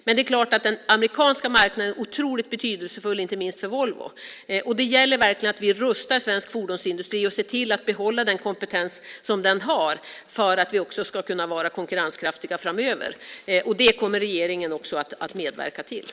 Men den amerikanska marknaden är otroligt betydelsefull, inte minst för Volvo, och det gäller verkligen att vi rustar svensk fordonsindustri och ser till att behålla den kompetens som den har för att vi ska kunna vara konkurrenskraftiga framöver. Det kommer regeringen också att medverka till.